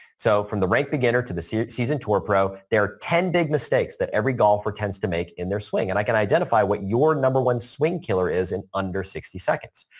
so, from the rank beginner to the season season tour pro, there are ten big mistakes that every golfer tends to make in their swing and i can identify what your number one swing killer is in under sixty seconds.